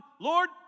Lord